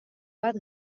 bat